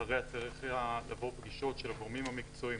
אחריה צריכות לבוא פגישות של הגורמים המקצועיים,